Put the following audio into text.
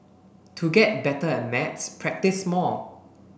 to get better at maths practise more